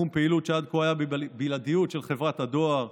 פעילות שעד כה היה בבלעדיות של חברת הדואר,